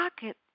pocket